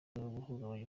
guhungabanya